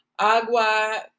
Agua